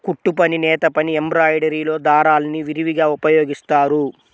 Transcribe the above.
కుట్టుపని, నేతపని, ఎంబ్రాయిడరీలో దారాల్ని విరివిగా ఉపయోగిస్తారు